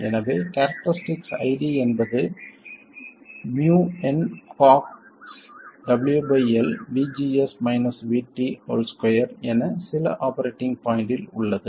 எனவே characteristics ID என்பது µnCoxWL2 என சில ஆபரேட்டிங் பாய்ண்ட்டில் உள்ளது